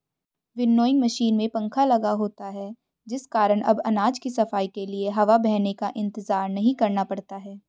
winnowing machine में पंखा लगा होता है जिस कारण अब अनाज की सफाई के लिए हवा बहने का इंतजार नहीं करना पड़ता है